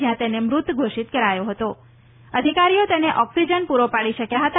જયાં તેને મૃત ઘોષિત કરાયો હતો અધિકારીઓ તેને ઓક્સિજન પૂરો પાડી શક્યા હતા